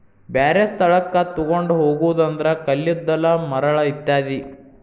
ಬ್ಯಾರೆ ಸ್ಥಳಕ್ಕ ತುಗೊಂಡ ಹೊಗುದು ಅಂದ್ರ ಕಲ್ಲಿದ್ದಲ, ಮರಳ ಇತ್ಯಾದಿ